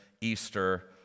Easter